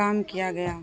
کام کیا گیا